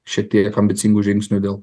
šiek tiek ambicingų žingsnių dėl